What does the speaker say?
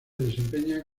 desempeña